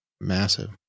massive